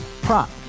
Prop